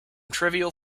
trivial